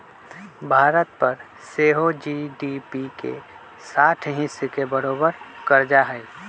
भारत पर सेहो जी.डी.पी के साठ हिस् के बरोबर कर्जा हइ